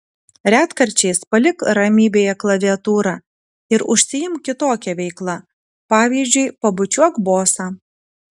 retkarčiais palik ramybėje klaviatūrą ir užsiimk kitokia veikla pavyzdžiui pabučiuok bosą